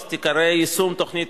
שנייה על הצעת חוק יישום תוכנית